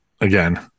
again